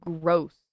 gross